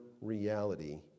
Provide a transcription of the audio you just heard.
reality